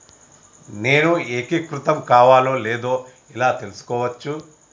నేను ఏకీకృతం కావాలో లేదో ఎలా తెలుసుకోవచ్చు?